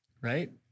Right